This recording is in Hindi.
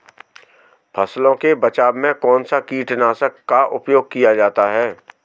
फसलों के बचाव में कौनसा कीटनाशक का उपयोग किया जाता है?